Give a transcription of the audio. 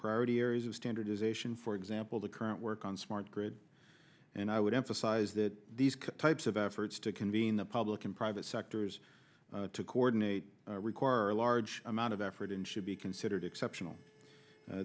priority areas of standardization for example the current work on smart grid and i would emphasize that these types of efforts to convene the public and private sectors to coordinate require a large amount of effort and should be considered exceptional